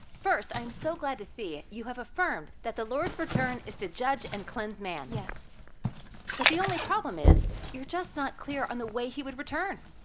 first, i'm so glad to see you have affirmed that the lord's return is to judge and cleanse man. but the only problem is you're just not clear on the way he would return.